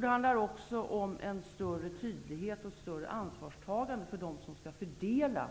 Det handlar också om större tydlighet och större anvarstagande för dem som skall fördela